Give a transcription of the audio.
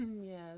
Yes